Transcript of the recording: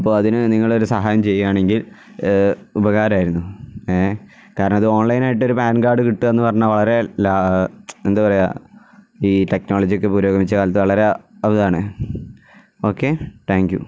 അപ്പോള് അതിനു നിങ്ങളൊരു സഹായം ചെയ്യുകയാണെങ്കിൽ ആ ഉപകാരമായിരുന്നു ഏ കാരണം അത് ഓൺലൈനായിട്ട് ഒരു പാൻ കാർഡ് കിട്ടുക എന്നു പറഞ്ഞാല് വളരെ ലാ എന്താണു പറയുക ഈ ടെക്നോളജിയൊക്കെ പുരോഗമിച്ച കാലത്തു വളരെ അതാണ് ഓക്കെ താങ്ക്യൂ